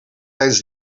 tijdens